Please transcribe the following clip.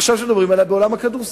שמדברים עליה עכשיו בעולם הכדורסל.